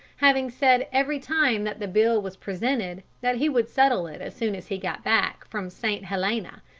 having said every time that the bill was presented that he would settle it as soon as he got back from st. helena,